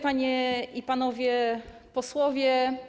Panie i Panowie Posłowie!